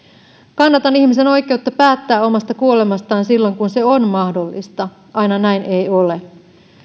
kannatan ihmisen oikeutta päättää omasta kuolemastaan silloin kun se on mahdollista aina näin ei ole